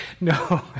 No